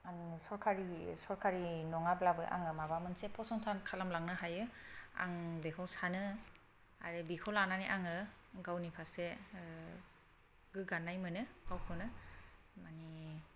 आं सरखारि सरखारि नङाब्लाबो आङो माबा मोनसे फसंथान खालामलांनो हायो आं बेखौ सानो आरो बेखौ लानानै आङो गावनि फारसे गोग्गानाय मोनो गावखौनो माने